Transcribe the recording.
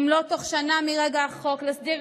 אם לא בתוך שנה מרגע החוק,